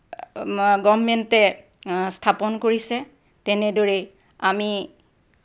গভাৰ্ণমেণ্টে স্থাপন কৰিছে তেনেদৰেই আমি